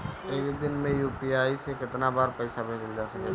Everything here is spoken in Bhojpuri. एक दिन में यू.पी.आई से केतना बार पइसा भेजल जा सकेला?